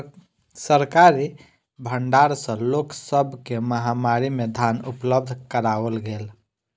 सरकारी भण्डार सॅ लोक सब के महामारी में धान उपलब्ध कराओल गेल